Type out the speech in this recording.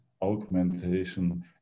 augmentation